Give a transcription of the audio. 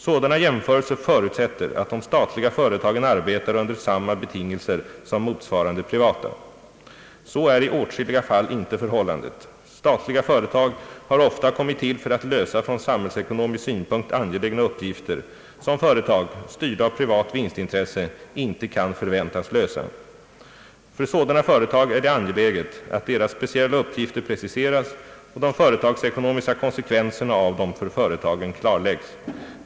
Sådana jämförelser förutsätter att de statliga företagen arbetar under samma betingelser som motsvarande privata. Så är i åtskilliga fall inte förhållandet. Statliga företag har ofta kommit till för att lösa från samhällsekonomisk synpunkt «angelägna uppgifter som företag styrda av privat vinstintresse inte kan förväntas lösa. För sådana företag är det angeläget att deras speciella uppgifter preciseras och de företagsekonomiska konsekvenserna av dem för företagen klarläggs.